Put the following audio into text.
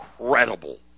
incredible